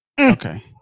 Okay